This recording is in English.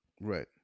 right